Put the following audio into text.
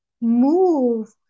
move